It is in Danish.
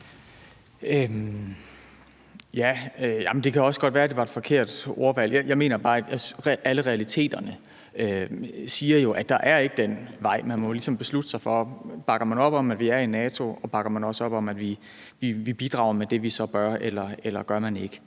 Det kan også godt være, det var et forkert ordvalg. Det, jeg bare mener, er, at alle realiteterne jo siger, at der ikke er den vej. Man må ligesom beslutte sig for, om man bakker op om, at vi er i NATO, og dermed også bakker op om, at vi bidrager med det, vi så bør, eller om man ikke